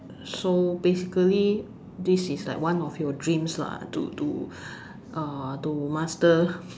so basically this is like one of your dreams lah to to uh to master